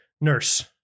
nurse